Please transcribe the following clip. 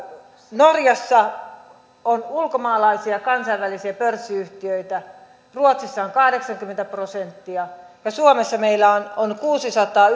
norjassa on ulkomaalaisia kansainvälisiä pörssiyhtiöitä ruotsissa on kahdeksankymmentä prosenttia ja suomessa meillä on kuusisataa